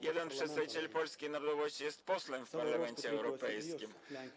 Jeden przedstawiciel polskiej narodowości jest posłem w Parlamencie Europejskim.